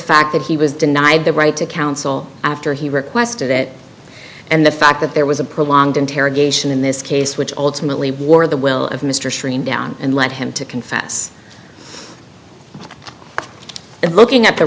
fact that he was denied the right to counsel after he requested it and the fact that there was a prolonged interrogation in this case which ultimately wore the will of mr stream down and led him to confess and looking at the